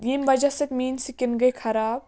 ییٚمہِ وجہ سۭتۍ میٛٲنۍ سِکِن گٔے خراب